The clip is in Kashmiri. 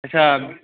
اَچھا